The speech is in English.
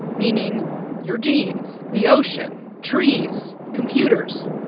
meaning your genes, the ocean, trees, computers,